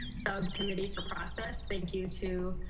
subcommittee for process. thank you to